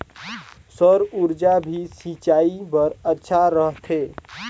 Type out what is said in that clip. सौर ऊर्जा भी सिंचाई बर अच्छा रहथे?